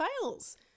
Fails